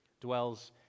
dwells